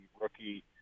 rookie